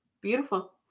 Beautiful